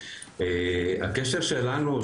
הקשר שלנו,